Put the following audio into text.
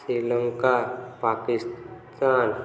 Sri Lanka Pakistan